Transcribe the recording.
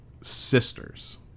sisters